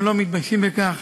אנחנו לא מתביישים בכך.